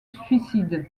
suicide